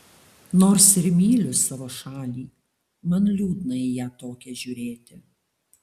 nors ir myliu savo šalį man liūdna į ją tokią žiūrėti